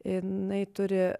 jinai turi